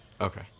Okay